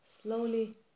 slowly